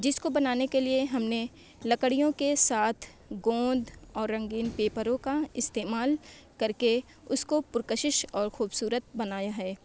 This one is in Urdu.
جس کو بنانے کے لیے ہم نے لکڑیوں کے ساتھ گوند اور رنگین پیپروں کا استعمال کر کے اس کو پرکشش اور خوبصورت بنایا ہے